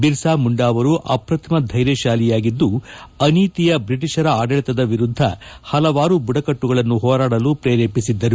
ಬಿರ್ಸಾಮುಂಡಾ ಅವರು ಅಪ್ರಕ್ರಿಮ ಧೈರ್ಯತಾಲಿಯಾಗಿದ್ದು ಅನೀತಿಯ ಬ್ರಿಟಿಷರ ಆಡಳಿತದ ವಿರುದ್ಧ ಪಲವಾರು ಬುಡಕಟ್ಟುಗಳನ್ನು ಹೋರಾಡಲು ಪ್ರೇರೇಪಿಸಿದ್ದರು